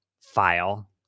file